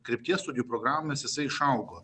krypties studijų programomis jisai išaugo